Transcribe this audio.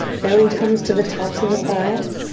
belly comes to the tops of the thighs.